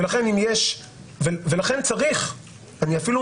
לכן צריך, אני אפילו